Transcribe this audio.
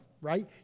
right